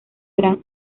gran